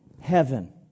heaven